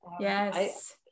yes